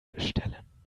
bestellen